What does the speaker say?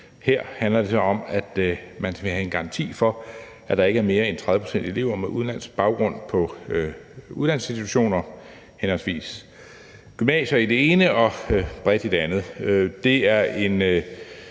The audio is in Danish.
Her handler det så om, at man skal have en garanti for, at der ikke er mere end 30 pct. elever med udenlandsk baggrund på uddannelsesinstitutioner, henholdsvis gymnasier i det ene og bredt i det andet forslag. Det er en